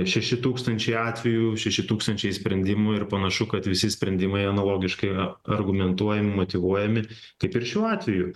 šeši tūkstančiai atvejų šeši tūkstančiai sprendimų ir panašu kad visi sprendimai analogiškai yra argumentuojami motyvuojami kaip ir šiuo atveju